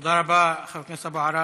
תודה רבה, חבר הכנסת אבו עראר.